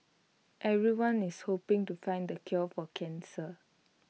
everyone is hoping to find the cure for cancer